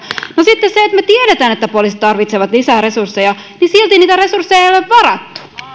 no sitten kun me tiedämme että poliisit tarvitsevat lisää resursseja niin silti niitä resursseja ei ole varattu